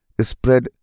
spread